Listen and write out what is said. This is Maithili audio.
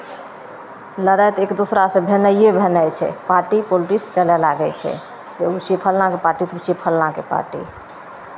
लड़ाइ तऽ एक दोसरासँ भेनाइए भेनाइ छै पार्टी पोलटिक्स चलय लागै छै से ओ छै फलनाके पार्टी तऽ ओ छै फलनाके पार्टी